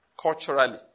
culturally